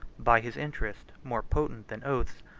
by his interest, more potent than oaths,